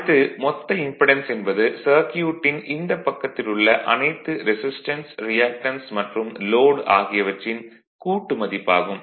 அடுத்து மொத்த இம்படென்ஸ் என்பது சர்க்யூட்டின் இந்தப் பக்கத்தில் உள்ள அனைத்து ரெசிஸ்டன்ஸ் ரியாக்டன்ஸ் மற்றும் லோட் ஆகியவற்றின் கூட்டு மதிப்பு ஆகும்